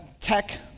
tech